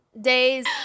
days